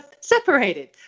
separated